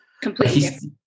completely